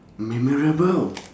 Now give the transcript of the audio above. memorable